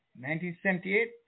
1978